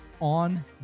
on